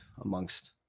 amongst